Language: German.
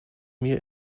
mir